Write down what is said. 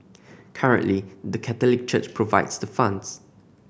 currently the Catholic Church provides the funds